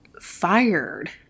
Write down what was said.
fired